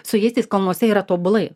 su jais tais kalnuose yra tobulai